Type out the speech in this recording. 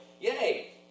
yay